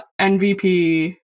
MVP